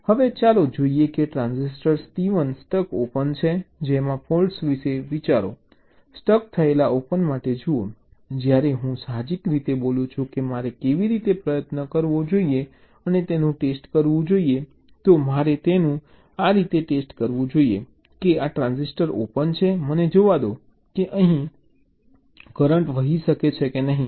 હવે ચાલો જોઈએ કે ટ્રાન્ઝિસ્ટર T1 સ્ટક ઓપન છે તેમાં ફૉલ્ટ્ વિશે વિચારો સ્ટક થયેલા ઓપન માટે જુઓ જ્યારે હું સાહજિક રીતે બોલું છું કે મારે કેવી રીતે પ્રયત્ન કરવો જોઈએ અને તેનું ટેસ્ટ કરવું જોઈએ તો મારે તેનું આ રીતે ટેસ્ટ કરવું જોઈએ કે આ ટ્રાન્ઝિસ્ટર ઓપન છે મને જોવા દો કે અહીં કરંટ વહી શકે છે કે નહીં